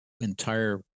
entire